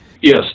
Yes